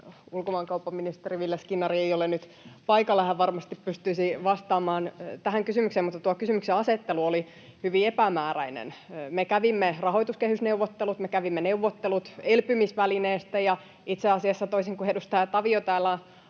Ulkomaankauppaministeri Ville Skinnari ei ole nyt paikalla. Hän varmasti pystyisi vastaamaan tähän kysymykseen, mutta tuo kysymyksenasettelu oli hyvin epämääräinen. Me kävimme rahoituskehysneuvottelut ja me kävimme neuvottelut elpymisvälineestä, ja itse asiassa — toisin kuin edustaja Tavio täällä